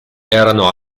erano